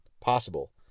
possible